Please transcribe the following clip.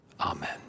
Amen